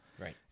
Right